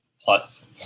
plus